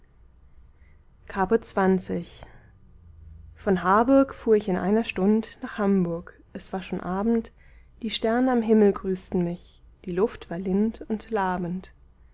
caput xx von harburg fuhr ich in einer stund nach hamburg es war schon abend die sterne am himmel grüßten mich die luft war lind und labend